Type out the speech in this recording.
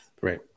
Right